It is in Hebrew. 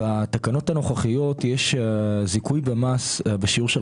בתקנות הנוכחיות יש זיכוי במס בשיעור של